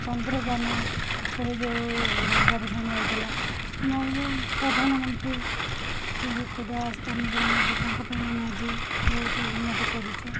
ଚନ୍ଦ୍ରଜାନ ଉପରେ ଯେଉଁ ଗବେଷଣା ହେଇଥିଲା ଆମ ପ୍ରଧାନମନ୍ତ୍ରୀ ଶ୍ରୀଯୁକ୍ତ ଦାସ ଦାମୋଦର ମୋଦି ତାଙ୍କ ପାଇଁ ଆମେ ଆଜି ବହୁତ ଉନ୍ନତି କରିଛୁ